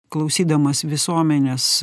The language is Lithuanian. klausydamas visuomenės